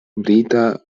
brita